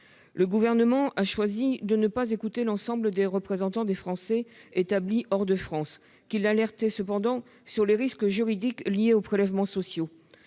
Le Gouvernement a choisi de ne pas écouter l'ensemble des représentants des Français établis hors de France qui l'alertaient cependant sur les risques juridiques liés aux prélèvements sociaux.